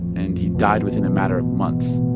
and he died within a matter of months.